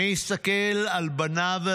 מי יסתכל על בניו,